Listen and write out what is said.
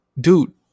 dude